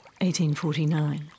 1849